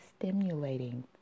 stimulating